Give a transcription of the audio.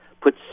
put